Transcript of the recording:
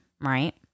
Right